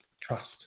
trust